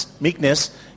meekness